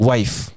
Wife